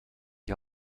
die